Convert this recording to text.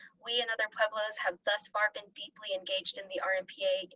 we and other pueblos have thus far been deeply engaged in the ah rmpa,